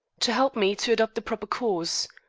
to help me to adopt the proper course.